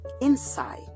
inside